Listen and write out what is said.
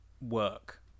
work